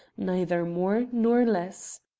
neither more nor less.